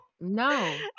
no